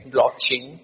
Blockchain